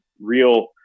real